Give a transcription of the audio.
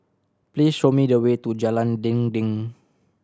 please show me the way to Jalan Dinding